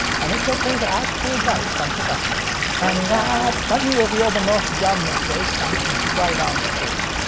and it's ok to ask for advice from professionals. and that's h let me reveal the most dumb mistake, and it was right on screen.